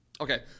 Okay